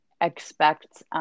expect